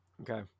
Okay